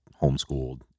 homeschooled